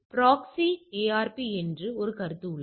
proxy ARP என்று ஒரு கருத்து உள்ளது